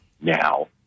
now